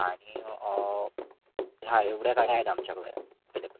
आनि हा एवढ्या गाड्या आहेत आमच्याकडे अवेलेबल